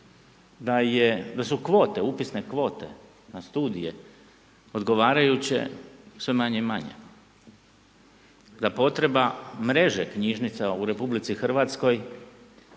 da su upisne kvote na studije odgovarajuće, sve manje i manje, da potreba mreže knjižnica u RH je puno